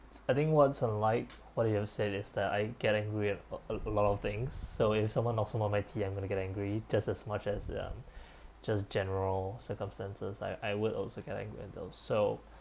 I think what's alike what are you say this that I getting weird a a lot of things so if someone knocks them on my tea I'm going to get angry just as much as um just general circumstances I I would also get angry on those so